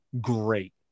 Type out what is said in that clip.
great